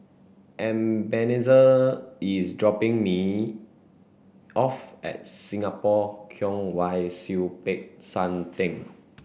Ebenezer is dropping me off at Singapore Kwong Wai Siew Peck San Theng